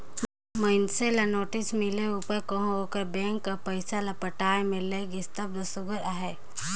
मइनसे ल नोटिस मिले उपर में कहो ओहर बेंक कर पइसा ल पटाए में लइग गइस तब दो सुग्घर अहे